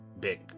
big